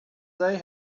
they